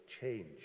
change